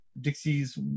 Dixie's